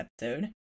episode